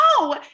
no